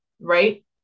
right